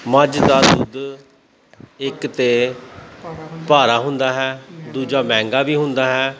ਮੱਝ ਦਾ ਦੁੱਧ ਇੱਕ ਤਾਂ ਭਾਰਾ ਹੁੰਦਾ ਹੈ ਦੂਜਾ ਮਹਿੰਗਾ ਵੀ ਹੁੰਦਾ ਹੈ